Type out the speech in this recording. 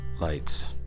lights